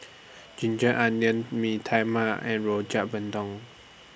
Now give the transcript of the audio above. Ginger Onions Mee Tai Mak and Rojak Bandung